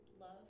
love